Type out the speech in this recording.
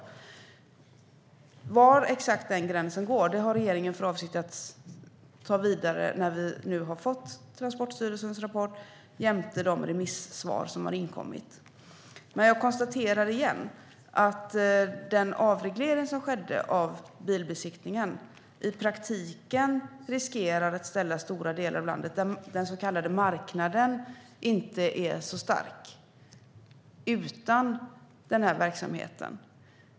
Frågan om var exakt den gränsen går har regeringen för avsikt att ta vidare när vi nu har fått Transportstyrelsens rapport jämte de remissvar som har inkommit. Men jag konstaterar igen att den avreglering som skedde av bilbesiktningen i praktiken riskerar att ställa stora delar av landet, där den så kallade marknaden inte är så stark, utan den här verksamheten.